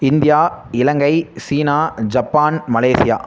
India Ilangai சீனா Japan Malaysia